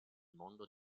mondo